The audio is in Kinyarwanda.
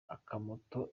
akamoto